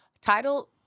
Title